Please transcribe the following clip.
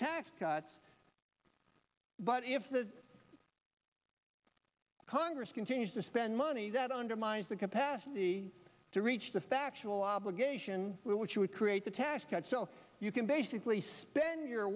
tax cuts but if the congress continues to spend money that undermines the capacity to reach the factual obligation which would create the tax cuts so you can basically spend your